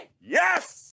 Yes